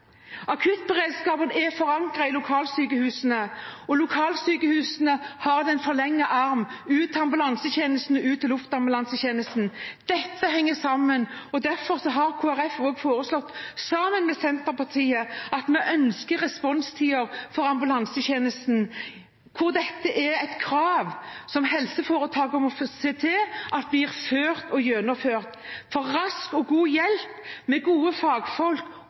Akuttberedskapen er forankret i lokalsykehusene, og lokalsykehusene er den forlengede arm ut til ambulansetjenesten og ut til luftambulansetjenesten. Dette henger sammen, og derfor har Kristelig Folkeparti foreslått, sammen med Senterpartiet, at vi ønsker responstider for ambulansetjenesten. Dette er et krav som helseforetakene må se til at blir fulgt og gjennomført, for rask og god hjelp, med gode fagfolk,